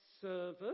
service